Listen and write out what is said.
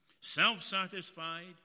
Self-satisfied